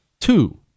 Two